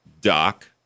doc